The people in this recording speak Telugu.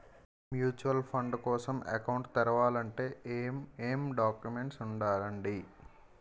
మ్యూచువల్ ఫండ్ కోసం అకౌంట్ తెరవాలంటే ఏమేం డాక్యుమెంట్లు ఉండాలండీ?